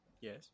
Yes